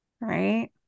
right